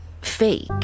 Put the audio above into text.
fake